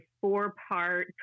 four-part